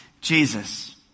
Jesus